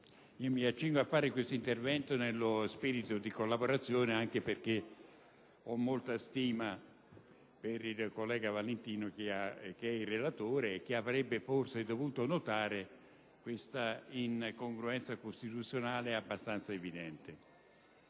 mi accingo a fare questo intervento in spirito di collaborazione, anche perché ho molta stima per il collega Valentino, relatore sul provvedimento, che avrebbe forse dovuto notare una incongruenza costituzionale abbastanza evidente.